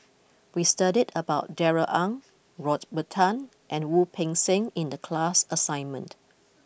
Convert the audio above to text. we studied about Darrell Ang Robert Tan and Wu Peng Seng in the class assignment